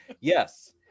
yes